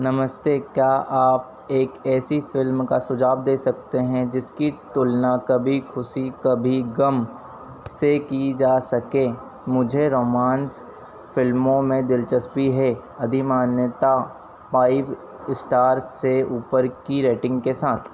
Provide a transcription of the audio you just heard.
नमस्ते क्या आप एक ऐसी फ़िल्म का सुझाव दे सकते हैं जिसकी तुलना कभी ख़ुशी कभी गम से की जा सके मुझे रोमान्स फ़िल्मों में दिलचस्पी है अधिमानतः फ़ाइव एस्टार्स से ऊपर की रेटिन्ग के साथ